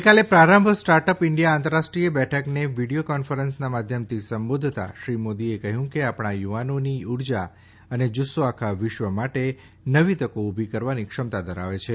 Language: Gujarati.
ગઈકાલે પ્રારંભ સ્ટાર્ટઅપ ઈન્ડિયા આંતરરાષ્ટ્રીય બેઠકને વિડીયો કોન્ફરન્સિંગના માધ્યમથી સંબોધતાં શ્રી મોદીએ કહ્યું કે આપણા યુવાનોની ઉર્જા અને જુસ્સો આખા વિશ્વ માટે નવી તકો ઉભી કરવાની ક્ષમતા ધરાવે છે